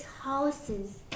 houses